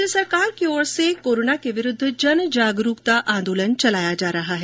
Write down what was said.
केन्द्र सरकार की ओर से कोरोना के विरूद्व जन जागरूकता आंदोलन चलाया जा रहा है